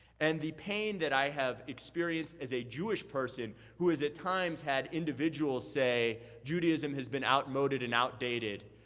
and the pain that i have experienced as a jewish person who has at times had individuals say judaism has been outmoded and outdated.